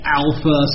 alpha